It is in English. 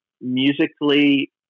musically